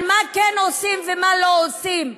על מה כן עושים ומה לא עושים.